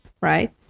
right